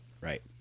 Right